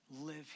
live